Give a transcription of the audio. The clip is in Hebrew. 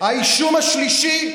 האישום השלישי,